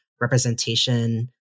representation